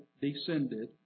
descended